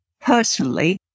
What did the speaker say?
personally